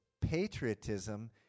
Patriotism